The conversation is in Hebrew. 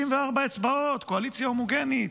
64 אצבעות, קואליציה הומוגנית,